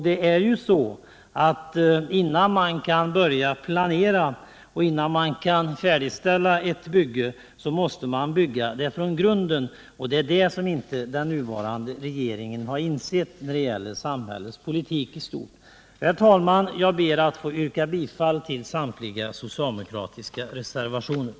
För att kunna färdigställa ett bygge måste man bygga det från grunden. Det är detta den nuvarande regeringen inte har insett när det gäller samhällets politik i stort. Herr talman! Jag ber att få yrka bifall till samtliga socialdemokratiska reservationer.